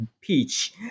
Peach